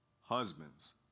Husbands